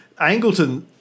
Angleton